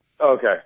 Okay